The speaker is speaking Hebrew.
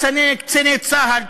קציני צה"ל,